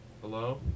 Hello